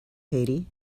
haiti